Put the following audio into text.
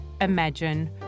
imagine